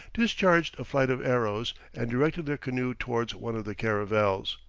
discharged a flight of arrows, and directed their canoe towards one of the caravels,